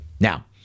Now